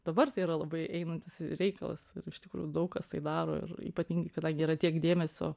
dabar tai yra labai einantis reikalas iš tikrųjų daug kas tai daro ir ypatingai kadangi yra tiek dėmesio